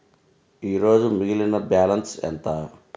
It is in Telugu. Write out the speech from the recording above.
ఈరోజు మిగిలిన బ్యాలెన్స్ ఎంత?